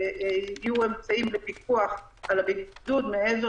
שיהיו אמצעים לפיקוח על הבידוד מעבר